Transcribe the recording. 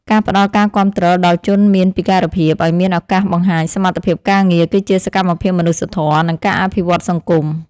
ការផ្តល់ការគាំទ្រដល់ជនមានពិការភាពឱ្យមានឱកាសបង្ហាញសមត្ថភាពការងារ គឺជាសកម្មភាពមនុស្សធម៌និងការអភិវឌ្ឍសង្គម។